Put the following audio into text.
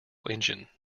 engine